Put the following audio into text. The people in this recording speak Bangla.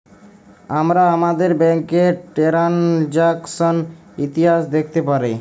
আমরা আমাদের ব্যাংকের টেরানযাকসন ইতিহাস দ্যাখতে পারি